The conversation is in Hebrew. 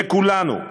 לכולנו,